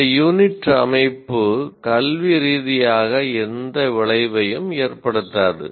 இந்த யூனிட் அமைப்பு கல்வி ரீதியாக எந்த விளைவையும் ஏற்படுத்தாது